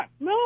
No